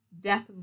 death